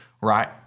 right